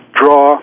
draw